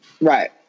Right